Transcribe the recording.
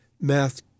math